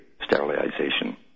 sterilization